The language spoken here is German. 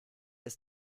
ist